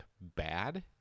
bad